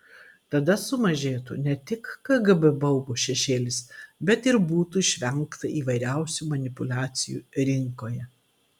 tada sumažėtų ne tik kgb baubo šešėlis bet ir būtų išvengta įvairiausių manipuliacijų rinkoje